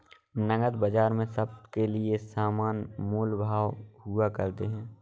नकद बाजार में सबके लिये समान मोल भाव हुआ करते हैं